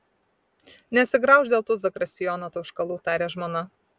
nesigraužk dėl tų zakristijono tauškalų tarė žmona